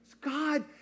God